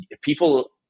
people